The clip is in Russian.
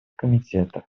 комитетов